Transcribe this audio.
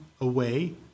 away